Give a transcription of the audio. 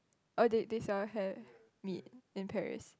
or did they sell hare meat in Paris